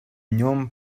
нем